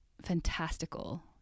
fantastical